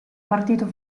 partito